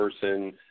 person